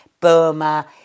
Burma